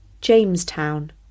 Jamestown